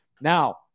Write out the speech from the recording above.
Now